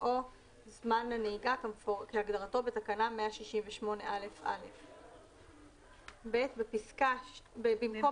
או זמן הנהיגה כהגדרתו בתקנה 168א(א)"; במקום